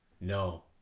No